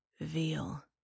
Veal